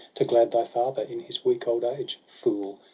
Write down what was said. to glad thy father in his weak old age. fool,